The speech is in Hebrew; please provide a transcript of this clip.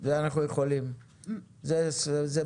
זה בסדר.